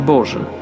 Boże